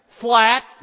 flat